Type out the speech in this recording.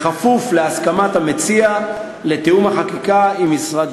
בכפוף להסכמת המציע לתיאום החקיקה עם משרד,